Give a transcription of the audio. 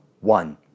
one